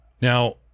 Now